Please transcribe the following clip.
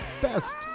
best